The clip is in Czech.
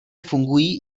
fungují